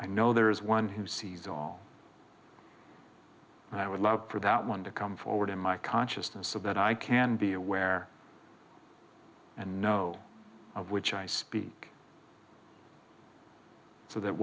i know there's one who sees all and i would love for that one to come forward in my consciousness so that i can be aware and know of which i speak so that